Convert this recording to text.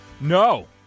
No